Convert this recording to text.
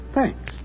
Thanks